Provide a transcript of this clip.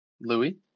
Louis